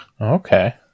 Okay